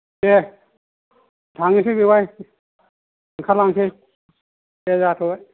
दे थांनोसै बेवाइ ओंखारलांसै दे जाथ'बाय